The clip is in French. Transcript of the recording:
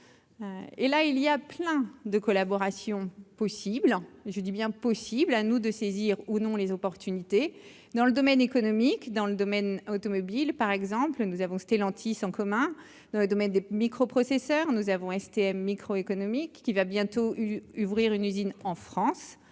et là il y a plein de collaboration possible, je dis bien possible, à nous de saisir ou non les opportunités dans le domaine économique, dans le domaine automobile par exemple, nous avons Stellantis en commun dans le domaine des microprocesseurs nous avons STM micro économique qui va bientôt une ouvrir une usine en France